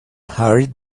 hurried